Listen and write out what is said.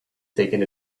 taken